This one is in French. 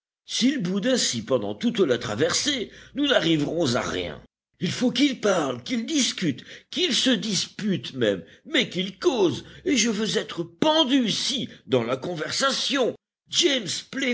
s'ils boudent ainsi pendant toute la traversée nous n'arriverons à rien il faut qu'ils parlent qu'ils discutent qu'ils se disputent même mais qu'ils causent et je veux être pendu si dans la conversation james